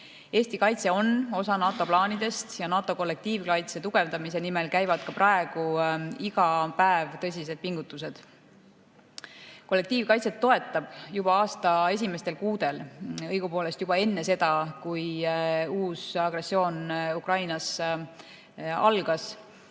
Eesti kaitse on osa NATO plaanidest ja NATO kollektiivkaitse tugevdamise nimel käivad ka praegu iga päev tõsised pingutused. Kollektiivkaitset toetab juba aasta esimestel kuudel, õigupoolest juba enne seda, kui uus agressioon Ukrainas algas,